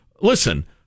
listen